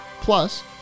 plus